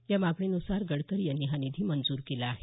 या मागणीन्सार गडकरी यांनी हा निधी मंजूर केला आहे